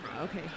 okay